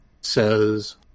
says